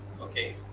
Okay